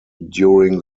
during